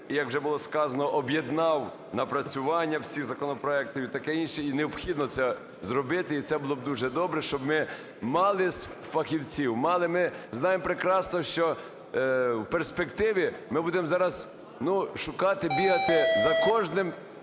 і, як вже було сказано, об'єднав напрацювання всіх законопроектів і таке інше. І необхідно це зробити, і це було б дуже добре, щоб ми мали фахівців, мали. Ми знаємо прекрасно, що в перспективі ми будемо зараз шукати, бігати за кожним